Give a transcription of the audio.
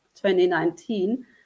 2019